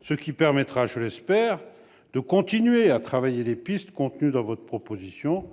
ce qui permettra, je l'espère, de continuer à travailler les pistes contenues dans votre proposition,